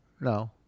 No